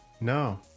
No